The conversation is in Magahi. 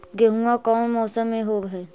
गेहूमा कौन मौसम में होब है?